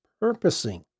purposing